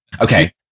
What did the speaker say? Okay